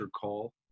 Call